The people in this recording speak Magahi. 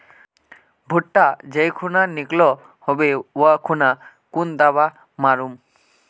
भुट्टा जाई खुना निकलो होबे वा खुना कुन दावा मार्मु?